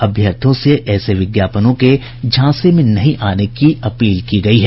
अभ्यर्थियों से ऐसे विज्ञापनों के झांसे में नहीं आने की अपील की गयी है